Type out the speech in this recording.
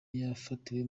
yafatiwe